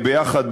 יחד,